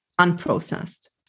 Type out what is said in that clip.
unprocessed